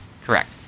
Correct